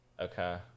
Okay